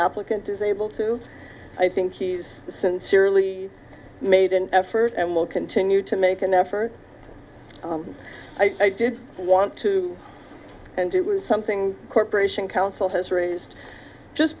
applicant is able to i think he's sincerely made an effort and will continue to make an effort and i did want to and it was something corporation counsel has raised just